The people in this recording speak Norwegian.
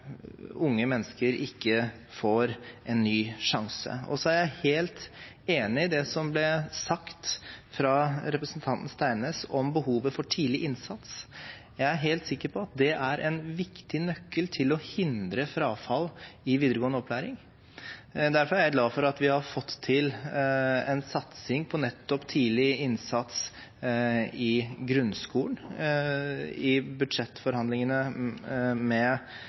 unge mennesker ikke får en ny sjanse. Så er jeg helt enig i det som ble sagt fra representanten Steinnes, om behovet for tidlig innsats. Jeg er helt sikker på at det er en viktig nøkkel for å hindre frafall i videregående opplæring. Derfor er jeg glad for at vi har fått til en satsing på nettopp tidlig innsats i grunnskolen i budsjettforhandlingene